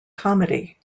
comedy